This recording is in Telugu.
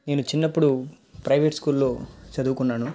నేను చిన్నప్పుడు ప్రైవేట్ స్కూల్లో చదువుకున్నాను